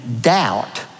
doubt